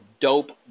dope